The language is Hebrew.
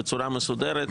בצורה מסודרת,